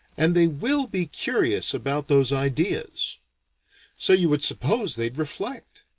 and they will be curious about those ideas so you would suppose they'd reflect.